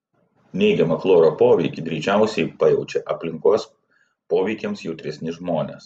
neigiamą chloro poveikį greičiausiai pajaučia aplinkos poveikiams jautresni žmonės